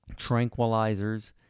tranquilizers